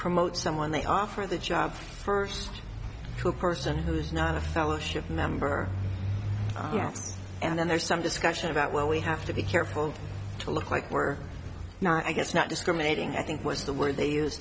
promote someone they offer the job first to a person who's not a fellowship member and then there's some discussion about well we have to be careful to look like we're not i guess not discriminating i think was the word they use